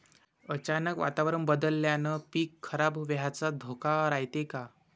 अचानक वातावरण बदलल्यानं पीक खराब व्हाचा धोका रायते का?